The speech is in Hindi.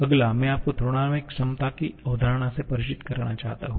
अगला मैं आपको थर्मोडायनामिक क्षमता की अवधारणा से परिचित कराना चाहता हूं